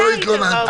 לא היית באופוזיציה.